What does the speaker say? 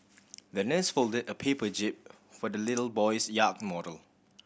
the nurse folded a paper jib for the little boy's yak model